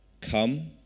Come